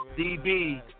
db